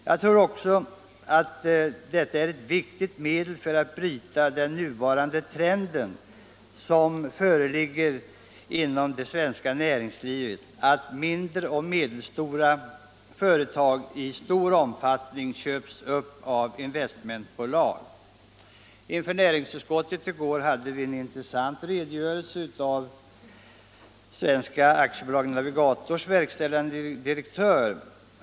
Jag tror att detta är ett viktigt medel för att bryta den nuvarande trenden inom det svenska näringslivet — att mindre och medelstora företag i stor omfattning köps upp av investmentbolag. Inför näringsutskottet hade vi i går en intressant redogörelse av Svenska AB Navigators verkställande direktör.